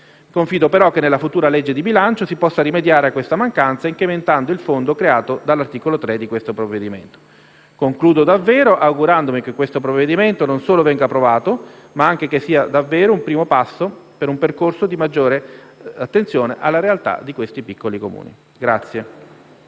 Confido però che nella prossima legge di stabilità si possa rimediare a questa mancanza, incrementando il fondo creato dall'articolo 3 del provvedimento. Concludo davvero augurandomi che il provvedimento in esame non solo venga approvato, ma che sia davvero il primo passo di un percorso di maggiore attenzione alla realtà dei piccoli Comuni.